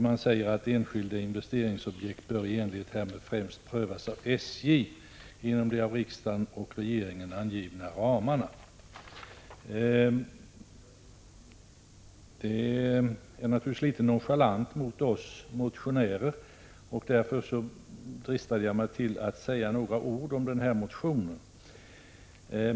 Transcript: Man säger att enskilda investeringsobjekt i enlighet härmed främst bör prövas av SJ inom de av riksdagen och regeringen angivna ramarna. Detta är naturligtvis litet nonchalant mot oss motionärer. Därför dristar jag mig att säga några ord om denna motion.